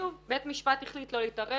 שוב, בית משפט החליט לא להתערב.